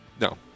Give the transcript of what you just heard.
No